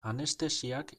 anestesiak